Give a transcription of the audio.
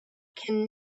can